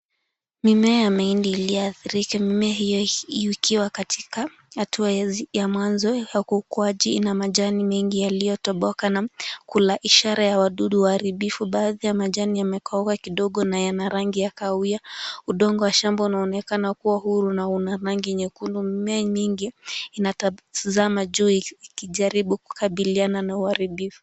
Mimea ya mahindi iliyoathirika. Mimea hio ikiwa katika hatua ya mwanzo ya ukuwaji. Ina majani mengi yaliyotoboka na kula, ishara ya wadudu waharibifu. Baadhi ya majani yamekauka kidogo na yana rangi ya kahawia. Udongo wa shamba unaonekana kuwa huru na una rangi nyekundu. Mimea nyingi inatazama juu ikijaribu kukabiliana na uharbifu.